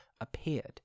appeared